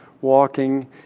walking